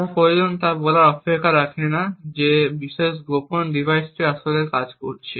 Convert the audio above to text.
যা প্রয়োজন তা বলার অপেক্ষা রাখে না যে বিশেষ গোপন ডিভাইসটি আসলে কাজ করছে